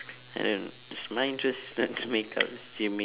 I don't is mine just start to makeup gymming